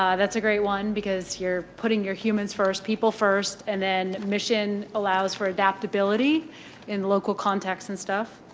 ah that's a great one because you're putting your humans first people first, and then mission allows for adaptability in the local context and stuff.